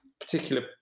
Particular